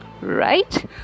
right